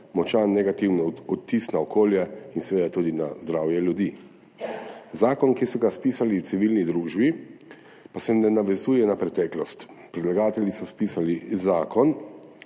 močan negativen odtis na okolje in seveda tudi na zdravje ljudi. Zakon, ki so ga spisali v civilni družbi, pa se ne navezuje na preteklost. Predlagatelji so spisali zakon